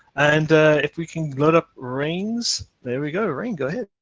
and if we can load up raine's, there we go. raine, go